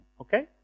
okay